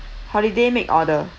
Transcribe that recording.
holiday make order